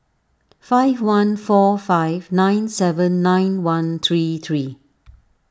five one four five nine seven nine one three three